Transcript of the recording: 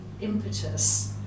impetus